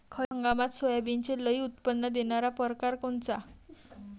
खरीप हंगामात सोयाबीनचे लई उत्पन्न देणारा परकार कोनचा?